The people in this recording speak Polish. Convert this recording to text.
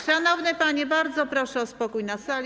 Szanowne panie, bardzo proszę o spokój na sali.